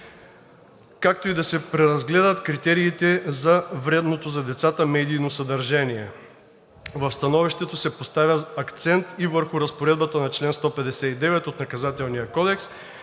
както и да се преразгледат критериите за вредното за деца медийно съдържание. В становището се поставя акцент и върху разпоредбата на чл. 159 от Наказателния кодекс,